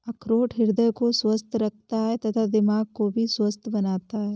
अखरोट हृदय को स्वस्थ रखता है तथा दिमाग को भी स्वस्थ बनाता है